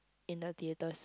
in the theaters